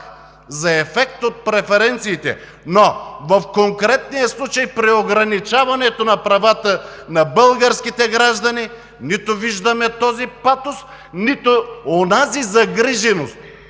за ефект от преференциите, но в конкретния случай при ограничаването на правата на българските граждани нито виждаме този патос, нито онази загриженост